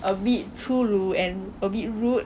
a bit 粗鲁 and a bit rude